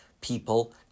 people